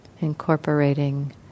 Incorporating